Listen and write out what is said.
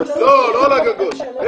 על הגגות.